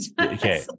Okay